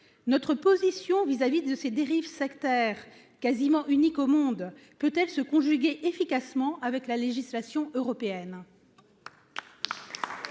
Notre position vis-à-vis de ces dérives sectaires quasiment unique au monde, peut-elle se conjuguer efficacement avec la législation européenne.